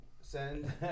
Send